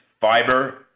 fiber